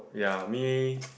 ya me